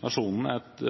nasjonen et